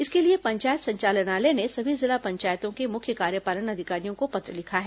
इसके लिए पंचायत संचालनालय ने सभी जिला पंचायतों के मुख्य कार्यपालन अधिकारियों को पत्र लिखा है